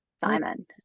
Simon